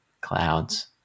clouds